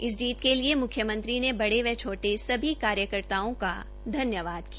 इस जीत के लिए मुख्यमंत्री ने बड़े व छोटे सभी कार्यकर्ताओं का धन्यवाद किया